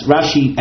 Rashi